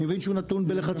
אני מבין שהוא נתון בלחצים.